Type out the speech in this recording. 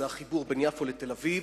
זה החיבור בין יפו לתל-אביב,